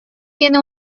tiene